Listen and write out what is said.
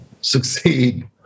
succeed